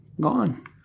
gone